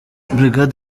brig